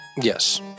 Yes